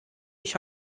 ich